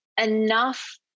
enough